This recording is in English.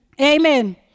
Amen